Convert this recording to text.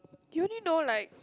you only know like